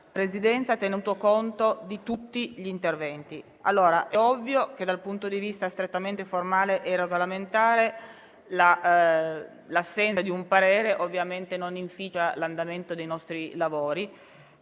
Presidenza, tenuto conto di tutti gli interventi. È ovvio che dal punto di vista strettamente formale e regolamentare, l'assenza di un parere ovviamente non inficia l'andamento dei nostri lavori.